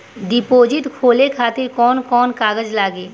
Deposit खोले खातिर कौन कौन कागज लागी?